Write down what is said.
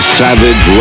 savage